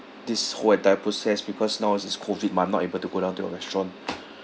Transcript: this whole entire process because now is this COVID mah not able to go down to your restaurant